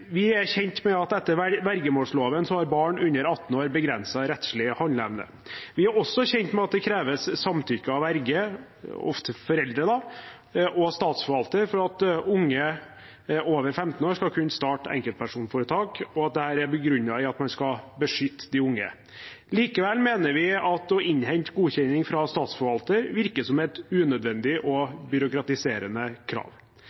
Vi er kjent med at etter vergemålsloven har barn under 18 år begrenset rettslig handleevne. Vi er også kjent med at det kreves samtykke av verge – ofte foreldre, da – og statsforvalteren for at unge over 15 år skal kunne starte enkeltpersonforetak, og at dette er begrunnet i at man skal beskytte de unge. Likevel mener vi at å innhente godkjenning fra statsforvalteren virker som et unødvendig og byråkratiserende krav.